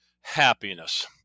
happiness